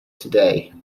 today